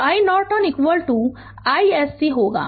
तो iNorton iSC होगा